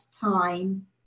time